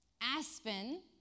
Aspen